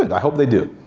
i hope they do.